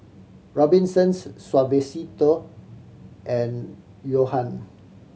Robinsons Suavecito and Johan